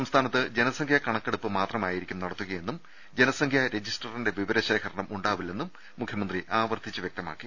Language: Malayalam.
സംസ്ഥാനത്ത് ജനസംഖ്യാ കണക്കെടുപ്പ് മാത്രമായിരിക്കും നടത്തുകയെന്നും ജനസംഖ്യാ രജിസ്റ്ററിന്റെ വിവരശേഖരണം ഉണ്ടാവില്ലെന്നും മുഖ്യമന്ത്രി വൃക്തമാക്കി